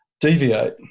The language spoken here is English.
deviate